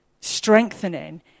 strengthening